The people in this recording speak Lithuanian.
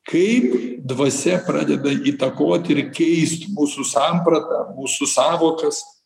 kaip dvasia pradeda įtakoti ir keist mūsų sampratą mūsų sąvokas